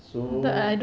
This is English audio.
so